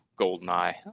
GoldenEye